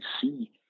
see